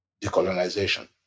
decolonization